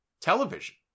television